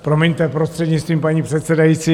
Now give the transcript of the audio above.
Promiňte, prostřednictvím paní předsedající.